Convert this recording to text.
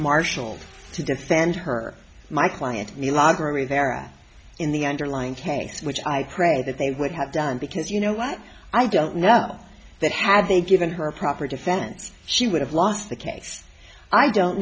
marshaled to defend her my client milagro me there in the underlying case which i pray that they would have done because you know what i don't know that had they given her a proper defense she would have lost the case i don't